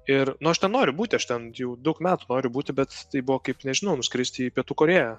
ir nu aš ten nenoriu būti aš ten jau daug metų noriu būti bet tai buvo kaip nežinau nuskristi į pietų korėją